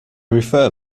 refer